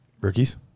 rookies